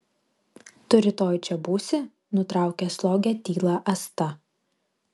tu rytoj čia būsi nutraukė slogią tylą asta